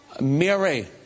Mary